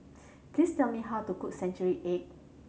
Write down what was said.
please tell me how to cook century egg